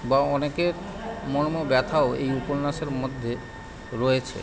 বা অনেকের মর্ম ব্যথাও এই উপন্যাসের মধ্যে রয়েছে